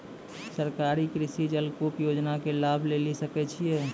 सरकारी कृषि जलकूप योजना के लाभ लेली सकै छिए?